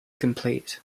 complete